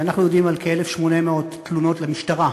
אנחנו יודעים על כ-1,800 תלונות למשטרה